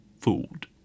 fooled